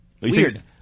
Weird